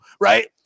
right